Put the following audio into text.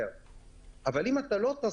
אבל אם לא תטוס,